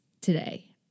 today